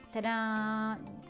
Ta-da